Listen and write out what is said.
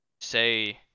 say